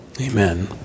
Amen